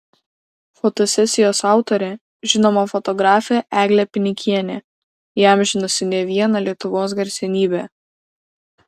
fotosesijos autorė žinoma fotografė eglė pinikienė įamžinusi ne vieną lietuvos garsenybę